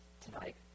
tonight